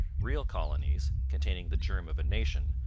real colonies, containing the germ of a nation,